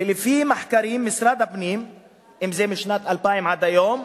ולפי מחקרים, משרד הפנים, משנת 2000 עד היום,